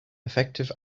effective